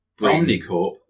Omnicorp